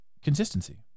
Consistency